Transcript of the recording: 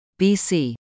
BC